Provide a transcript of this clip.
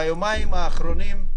ביומיים האחרונים,